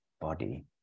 body